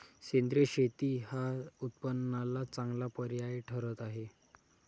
सेंद्रिय शेती हा उत्पन्नाला चांगला पर्याय ठरत आहे